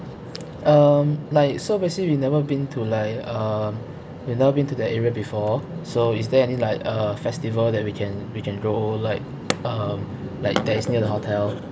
um like so basically we never been to like um we've never been to that area before so is there any like a festival that we can we can go like um like that is near the hotel